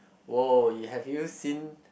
!woah! you have you seen